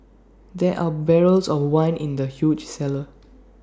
there're barrels of wine in the huge cellar